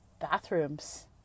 bathrooms